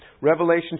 Revelation